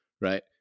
right